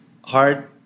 hard